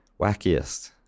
wackiest